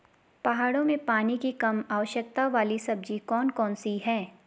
पहाड़ों में पानी की कम आवश्यकता वाली सब्जी कौन कौन सी हैं?